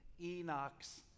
Enoch's